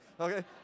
okay